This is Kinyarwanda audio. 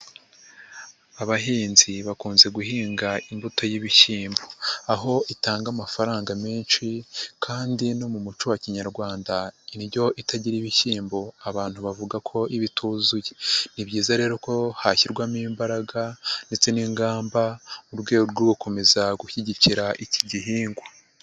Abahinzi bakunze guhinga imbuto y'ibishyimbo aho itanga amafaranga menshi kandi no mu muco wa kinyarwanda indyo itagira ibishyimbo abantu bavuga ko iba ituzuye, ni byiza rero ko hashyirwamo imbaraga ndetse n'ingamba mu rwego rwo gukomeza gushyigikira iki gihingwa.